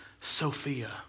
Sophia